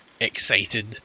excited